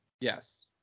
Yes